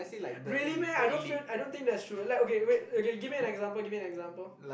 really meh I don't feel I don't think that's true like okay wait okay give me an example give me an example